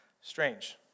Strange